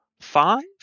five